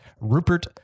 Rupert